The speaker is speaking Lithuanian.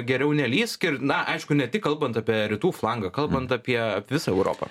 geriau nelįsk ir na aišku ne tik kalbant apie rytų flangą kalbant apie visą europą